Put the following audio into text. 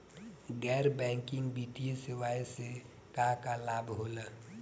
गैर बैंकिंग वित्तीय सेवाएं से का का लाभ होला?